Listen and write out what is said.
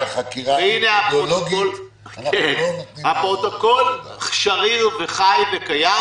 עד שלא תהיה חקירה אפידימיולוגית --- הפרוטוקול שריר וחי וקיים.